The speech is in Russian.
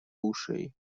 ушей